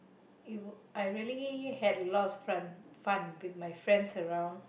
mm I really had lots friend fun with my friends around